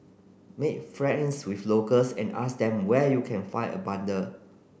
make friends with locals and ask them where you can find a bundle